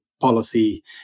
policy